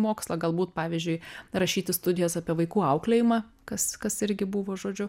mokslą galbūt pavyzdžiui rašyti studijas apie vaikų auklėjimą kas kas irgi buvo žodžiu